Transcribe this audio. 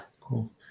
Cool